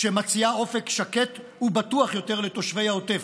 שמציעה אופק שקט ובטוח יותר לתושבי העוטף.